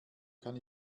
kann